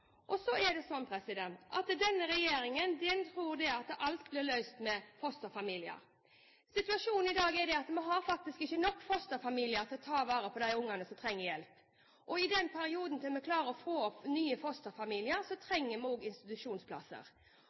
barnevernet. Så er det sånn at denne regjeringen tror at alt blir løst med fosterfamilier. Situasjonen i dag er at vi faktisk ikke har nok fosterfamilier til å ta vare på de barna som trenger hjelp. Og i den perioden, fram til vi klarer å få nye fosterfamilier, trenger vi også institusjonsplasser.